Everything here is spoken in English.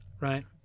right